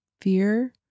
fear